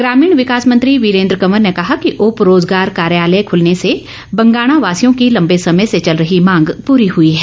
ग्रामीण विकास मंत्री वीरेन्द्र कंवर ने कहा कि उप रोजगार कार्यालय खुलने से बंगाणा वासियों की लम्बे समय से चल रही मांग पूरी हुई है